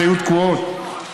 שהיו תקועות,